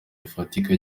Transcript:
gifatika